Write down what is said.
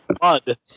blood